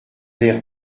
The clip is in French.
air